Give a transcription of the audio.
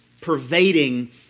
pervading